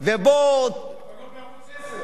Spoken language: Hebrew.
ובו, אבל לא בערוץ-10.